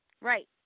Right